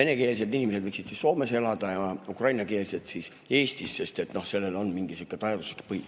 venekeelsed inimesed võiksid Soomes elada ja ukrainakeelsed Eestis, sest sellel on mingisugune tajumuslik põhi.